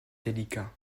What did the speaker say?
délicat